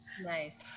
Nice